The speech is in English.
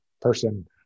person